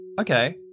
Okay